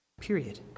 Period